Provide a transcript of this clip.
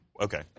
Okay